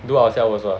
do ourselves also ah